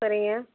சரிங்க